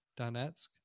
Donetsk